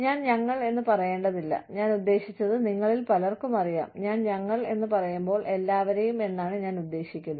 ഞാൻ ഞങ്ങൾ എന്ന് പറയേണ്ടതില്ല ഞാൻ ഉദ്ദേശിച്ചത് നിങ്ങളിൽ പലർക്കും അറിയാം ഞാൻ ഞങ്ങൾ എന്ന് പറയുമ്പോൾ എല്ലാവരേയും എന്നാണ് ഞാൻ ഉദ്ദേശിക്കുന്നത്